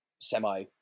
semi